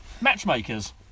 Matchmakers